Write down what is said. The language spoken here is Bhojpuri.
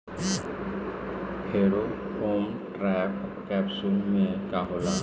फेरोमोन ट्रैप कैप्सुल में का होला?